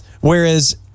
Whereas